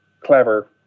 clever